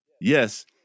Yes